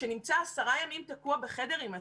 שנמצא עשרה ימים תקוע בחדר עם עצמו?